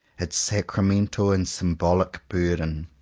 its sacramental and symbolic burden.